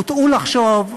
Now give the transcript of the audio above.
הם הוטעו לחשוב,